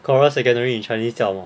coral secondary in chinese 叫什么